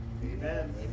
Amen